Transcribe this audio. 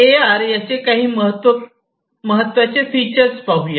ए R याचे काही महत्त्वाचे फीचर्स पाहूया